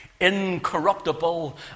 incorruptible